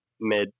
mid